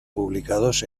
publicados